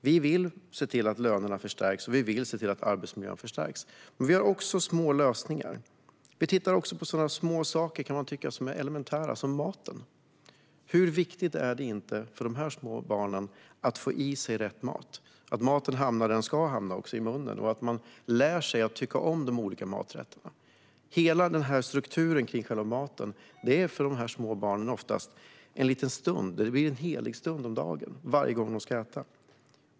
Vi vill se till att lönerna höjs och att arbetsmiljön förbättras. Vi tittar också på små saker som kan tyckas vara elementära, som maten. Hur viktigt är det inte för de här små barnen att få i sig rätt mat, att maten hamnar där den ska hamna, i munnen, och att man lär sig att tycka om de olika maträtterna? För de små barnen blir det oftast en helig stund varje gång de ska äta.